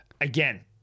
Again